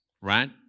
Right